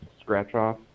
scratch-off